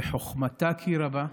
בחוכמתה כי רבה,